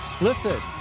Listen